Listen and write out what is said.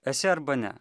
esi arba ne